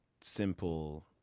simple